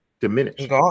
diminished